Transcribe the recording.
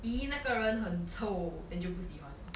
!ee! 那个人很臭 then 就不喜欢 liao